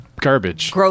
Garbage